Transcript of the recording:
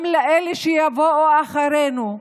גם לאלה שיבואו אחרינו,